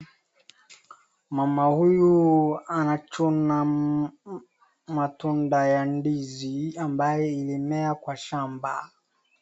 Mama huyu anachuna matunda ya ndizi ambayo ilim ea kwa shamba.